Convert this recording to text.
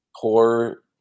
poor